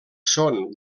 són